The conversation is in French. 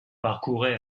parcourait